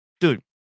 Dude